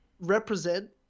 represent